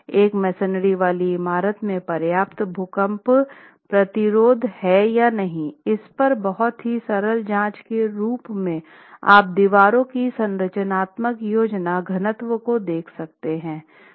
एक मेसनरी वाली इमारत में पर्याप्त भूकंप प्रतिरोध है या नहीं इस पर बहुत ही सरल जाँच के रूप में आप दीवारों की संरचनात्मक योजना घनत्व को देख सकते है